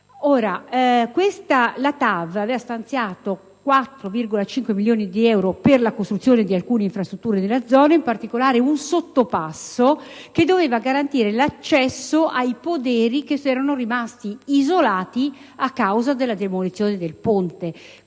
La TAV aveva stanziato 4,5 milioni di euro per la costruzione di alcune infrastrutture della zona, in particolare un sottopasso che doveva garantire l'accesso ai poderi che erano rimasti isolati a causa della demolizione del ponte.